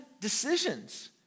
decisions